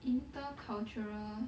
intercultural